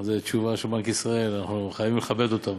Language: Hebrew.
זה תשובה של בנק ישראל, אנחנו חייבים לכבד אותם.